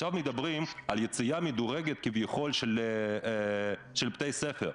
עכשיו מדברים על יציאה מדורגת כביכול של בתי ספר,